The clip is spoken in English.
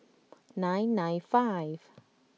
nine nine five